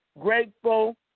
Grateful